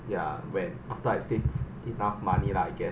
ya when after I saved enough money lah I guess